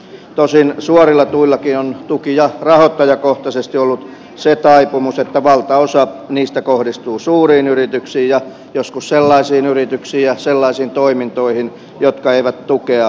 tosin suorilla tuillakin on tuki ja rahoittajakohtaisesti ollut se taipumus että valtaosa niistä kohdistuu suuriin yrityksiin ja joskus sellaisiin yrityksiin ja sellaisiin toimintoihin jotka eivät tukea tarvitsisikaan